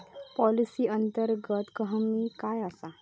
Policy अंतर्गत हमी काय आसा?